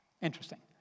Interesting